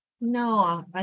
No